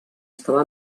estava